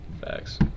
Facts